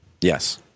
Yes